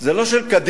זה לא של קדימה,